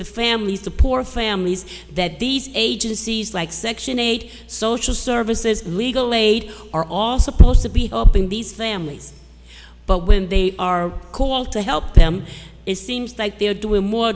the families the poor families that these agencies like section eight social services legal aid are all supposed to be helping these families but when they are called to help them it seems like they're doing more